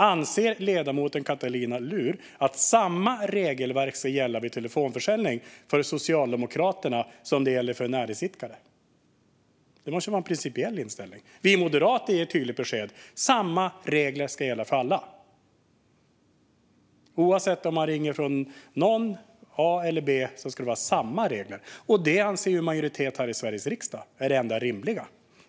Anser ledamoten Katarina Luhr att samma regelverk vid telefonförsäljning ska gälla för Socialdemokraterna som för näringsidkare? Det måste vara en principiell inställning. Vi moderater ger tydligt besked: Samma regler ska gälla för alla. Oavsett om det är A eller B som ringer ska det vara samma regler. Detta anser en majoritet i Sveriges riksdag är det enda rimliga.